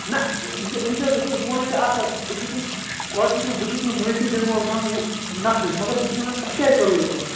نہَ یہِ چھُ وُچھ حظ وُچھ حظ بہٕ وَنے ژےٚ اکھ کَتھ بہٕ چھُس نہٕ گۄڈٕ چھُس نہٕ بہٕ چھُس نہٕ معٲفی دِنہٕ وول کانٛہہ ہُو نَفرٕے مگر بہٕ چھُس ونان تۄہہِ کیٛازِ کوٚروٕ یہِ کٲم